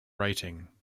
writing